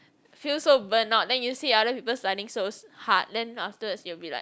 feels so burnt out then you see other people studying so so hard then afterwards you'll be like